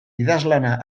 idazlana